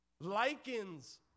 likens